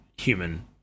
human